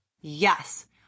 Yes